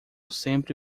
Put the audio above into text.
sempre